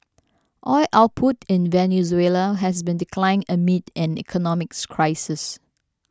oil output in Venezuela has been declining amid an economic crisis